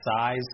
size